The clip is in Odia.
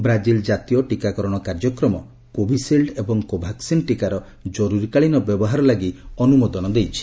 ବ୍ରାଜିଲ୍ ଜାତୀୟ ଟୀକାକରଣ କାର୍ଯ୍ୟକ୍ରମ କୋଭିସିଲ୍ଡ ଏବଂ କୋଭାକ୍ସିନ୍ ଟିକାର ଜରୁରୀକାଳୀନ ବ୍ୟବହାର ଲାଗି ଅନୁମୋଦନ ଦେଇଛି